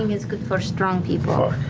is good for strong people.